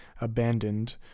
abandoned